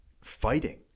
fighting